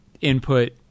input